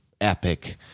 epic